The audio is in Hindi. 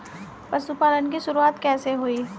पशुपालन की शुरुआत कैसे हुई?